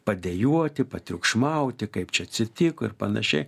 padejuoti patriukšmauti kaip čia atsitiko ir panašiai